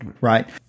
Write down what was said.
right